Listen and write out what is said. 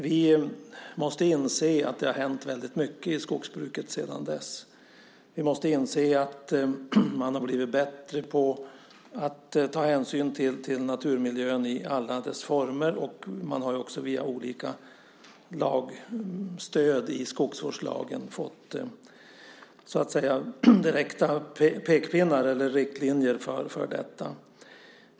Vi måste inse att det har hänt väldigt mycket i skogsbruket sedan dess. Vi måste inse att man har blivit bättre på att ta hänsyn till naturmiljön i alla dess former, och man har också via olika lagstöd i skogsvårdslagen fått direkta pekpinnar eller riktlinjer för detta.